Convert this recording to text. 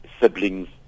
siblings